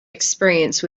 experience